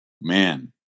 man